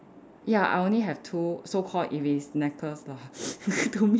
ya I only have two so called if it's necklace lah to me is